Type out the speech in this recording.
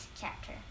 chapter